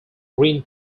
green